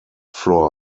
floor